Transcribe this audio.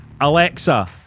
Alexa